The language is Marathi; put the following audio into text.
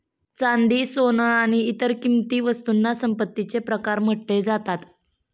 चांदी, सोन आणि इतर किंमती वस्तूंना संपत्तीचे प्रकार म्हटले जातात